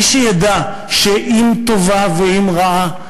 מי שידע שאם טובה ואם רעה,